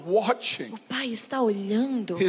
watching